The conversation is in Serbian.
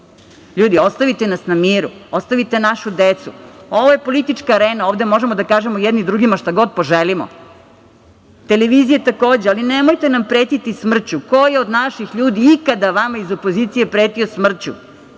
hoće. Ljudi, ostavite nas na miru, ostavite našu decu. Ovo je politička arena, ovde možemo da kažemo jedni drugima šta god poželimo. Televizija takođe, ali nemojte nam pretiti smrću. Ko je od naših ljudi ikada vama iz opozicije pretio smrću?